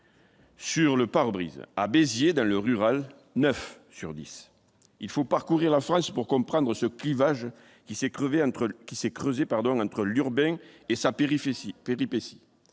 Sur le pare-brise à Béziers dans le rural, 9 sur 10, il faut parcourir la France pour comprendre ce clivage qui s'est crevé entre qui s'est creusé,